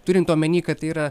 turint omeny kad tai yra